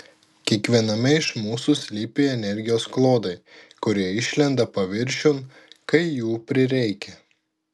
kiekviename iš mūsų slypi energijos klodai kurie išlenda paviršiun kai jų prireikia